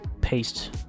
paste